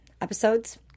episodes